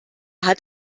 hat